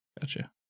Gotcha